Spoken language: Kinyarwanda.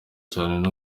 cyane